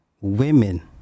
Women